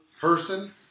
person